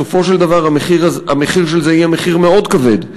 בסופו של דבר המחיר של זה יהיה מחיר מאוד כבד,